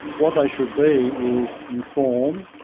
what they should be is informed,